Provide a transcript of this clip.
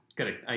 Correct